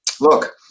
look